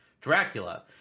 Dracula